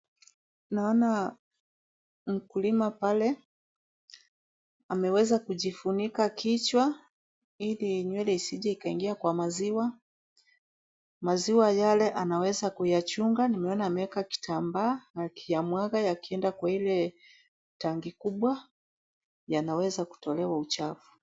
Naona mkulima pale ameweza kujifunika kichwa ili nywele isije kuingia kwa maziwa. Maziwa yale ameweza kuyachunga nimeona ameweka kitambaa akiyamwaga yakienda kwa ile tanki kubwa yanaweza kutolewa uchafu.